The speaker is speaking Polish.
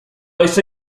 jeszcze